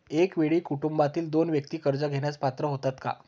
एका वेळी कुटुंबातील दोन व्यक्ती कर्ज घेण्यास पात्र होतात का?